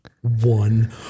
one